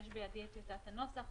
יש בידי את טיוטת הנוסח,